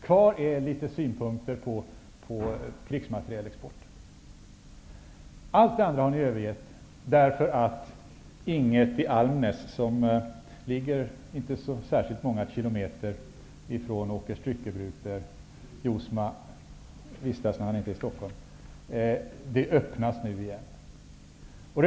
Kvar finns litet synpunkter på krigsmaterielexporten. Allt det andra har ni övergett för att Ing 1 i Almnäs -- som ligger inte särskilt många kilometer från Åkers styckebruk, där Robert Jousma vistas när han inte är i Stockholm -- nu åter skall öppnas.